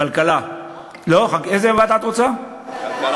כבוד סגן השר, אתה רוצה להוסיף משהו?